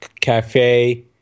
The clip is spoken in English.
cafe